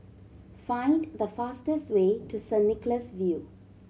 find the fastest way to Saint Nicholas View